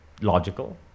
logical